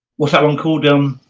what some call them